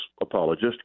apologist